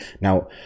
now